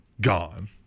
gone